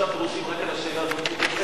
שישה פירושים רק על השאלה הזאת.